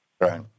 Right